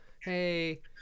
hey